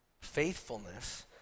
faithfulness